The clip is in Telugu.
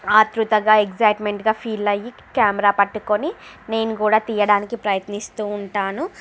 ఆతృతగా ఎక్సయిట్మెంట్గా ఫీల్ అయ్యి కెమెరా పట్టుకుని నేను కూడా తీయడానికి ప్రయత్నిస్తు ఉంటాను